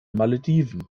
malediven